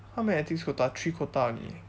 how many ethnics quota three quota only eh